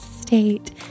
state